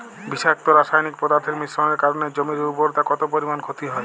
বিষাক্ত রাসায়নিক পদার্থের মিশ্রণের কারণে জমির উর্বরতা কত পরিমাণ ক্ষতি হয়?